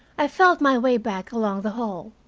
i felt my way back along the hall.